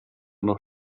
noch